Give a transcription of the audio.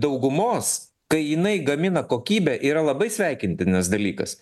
daugumos kai jinai gamina kokybę yra labai sveikintinas dalykas